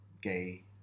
gay